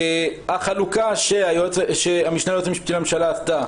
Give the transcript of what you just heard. החלוקה שהמשנה ליועץ המשפטי לממשלה עשתה